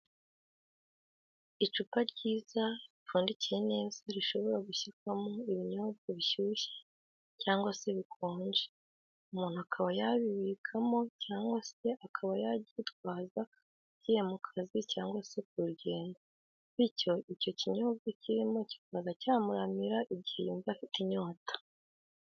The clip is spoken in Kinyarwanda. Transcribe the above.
Icupa ryiza ripfundikiye neza rishobora gushyirwamo ibinyobwa bishushye cyangwa se bikonje umuntu akaba yabibikamo cyangwa se akaba yaryitwaza agiye mu kazi cyangwa se ku rugendo, bityo icyo kinyobwa kirimo kikaza cyamuramira igihe yumva afite inyota.